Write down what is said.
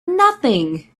nothing